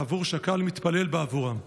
בעבור שהקהל מתפלל בעבורם,